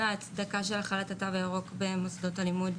ההצדקה של החלת התו הירוק במוסדות הלימוד.